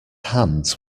hands